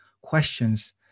questions